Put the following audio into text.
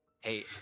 Hey